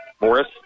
Morris